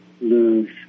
lose